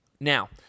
Now